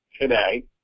today